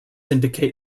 indicate